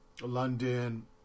London